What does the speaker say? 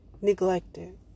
neglected